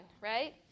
right